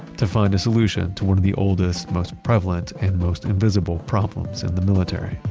to find a solution to one of the oldest, most prevalent, and most invisible problems in the military